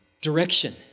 direction